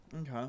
Okay